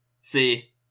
See